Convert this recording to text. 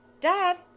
Dad